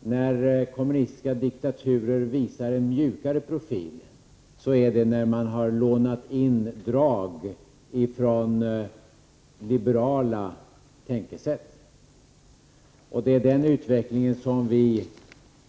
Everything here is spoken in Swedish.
När kommunistiska diktaturer visar upp en mjukare profil har man lånat drag av liberala tänkesätt. Den utvecklingen hoppas vi